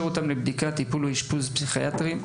אותם לבדיקת טיפול או אשפוז פסיכיאטרי,